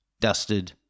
Dusted